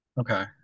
Okay